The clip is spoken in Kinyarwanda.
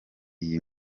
iyi